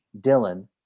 dylan